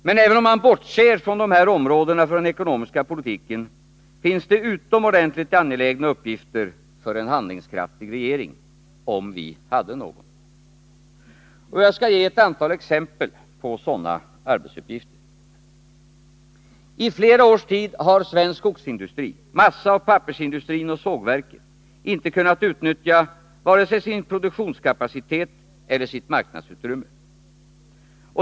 Men även om man bortser från dessa områden för den ekonomiska politiken finns det utomordentligt angelägna uppgifter för en handlingskraftig regering — om vi hade någon. Jag skall ge ett antal exempel på sådana arbetsuppgifter. I flera års tid har svensk skogsindustri — massaoch pappersindustrin och sågverken — inte kunnat utnyttja vare sig sin produktionskapacitet eller sitt marknadsutrymme.